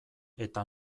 eta